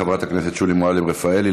חברת הכנסת שולי מועלם-רפאלי.